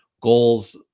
goals